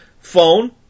phone